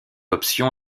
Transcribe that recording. option